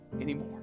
anymore